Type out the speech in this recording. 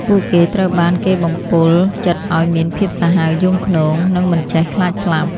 ពួកគេត្រូវបានគេបំពុលចិត្តឱ្យមានភាពសាហាវយង់ឃ្នង និងមិនចេះខ្លាចស្លាប់។